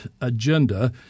agenda